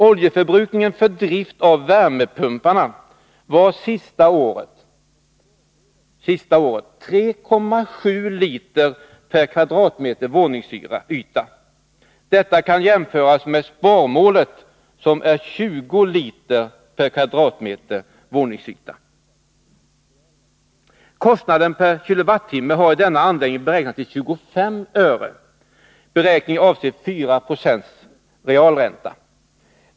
Oljeförbrukningen för drift av värmepumparna var det senaste året 3,7 liter per m? våningsyta. Detta kan jämföras med sparmålet som är 20 liter per m? våningsyta. Kostnaden per kWh har i denna anläggning beräknats till 25 öre. Beräkningen avser 4 96 realränta.